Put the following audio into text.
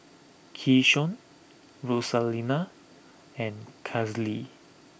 Keyshawn Rosalinda and Kailee